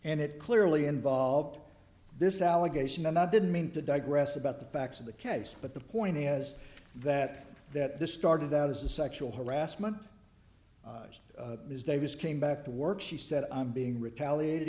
and it clearly involved this allegation and i didn't mean to digress about the facts of the case but the point is that that this started out as a sexual harassment ms davis came back to work she said i'm being retaliated